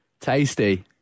Tasty